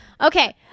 Okay